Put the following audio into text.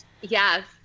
Yes